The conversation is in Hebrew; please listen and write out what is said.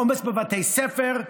העומס בבתי ספר,